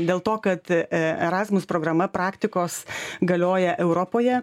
dėl to kad e erasmus programa praktikos galioja europoje